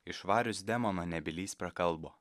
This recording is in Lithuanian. išvarius demoną nebylys prakalbo